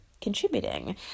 contributing